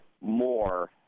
more